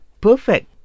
perfect